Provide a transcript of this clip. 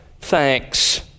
thanks